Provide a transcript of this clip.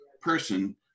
person